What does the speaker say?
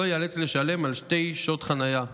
לא ייאלץ לשלם על שתי שעות חניה.